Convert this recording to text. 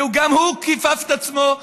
וגם הוא כפף את עצמו להוראות,